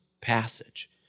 passage